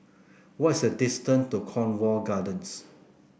what's the distance to Cornwall Gardens